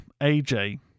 aj